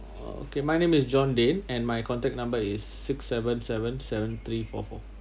okay my name is john dane and my contact number is six seven seven seven three four four